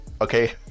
okay